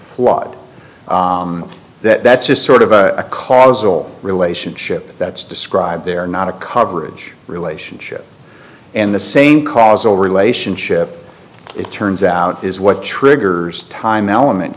flood that that's just sort of a causal relationship that's described there not a coverage relationship and the same causal relationship it turns out is what triggers time element